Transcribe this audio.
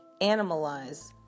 Animalize